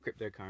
cryptocurrency